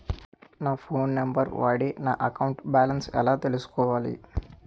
నా phone number వాడి నా అకౌంట్ బాలన్స్ ఎలా తెలుసుకోవాలి?